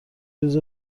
روز